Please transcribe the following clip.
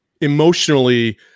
emotionally